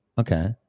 Okay